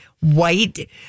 White